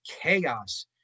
chaos